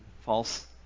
false